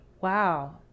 Wow